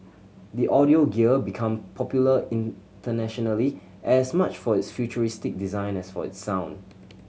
the audio gear became popular internationally as much for its futuristic design as for its sound